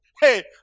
Hey